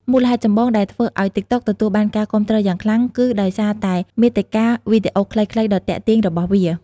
មូលហេតុចម្បងដែលធ្វើឱ្យ ទីកតុក ទទួលបានការគាំទ្រយ៉ាងខ្លាំង គឺដោយសារតែ មាតិកាវីដេអូខ្លីៗដ៏ទាក់ទាញ របស់វា។